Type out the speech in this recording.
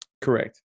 Correct